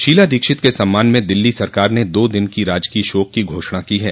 शीला दीक्षित के सम्मान में दिल्ली सरकार ने दो दिन की राजकीय शोक की घाषणा की है